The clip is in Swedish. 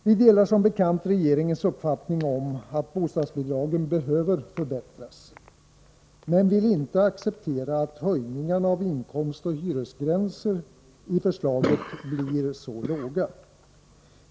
Vi delar som bekant regeringens uppfattning att bostadsbidragen behöver förbättras. Men vi vill inte acceptera att de höjningar av inkomstoch hyresgränser som föreslås blir så låga.